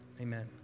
Amen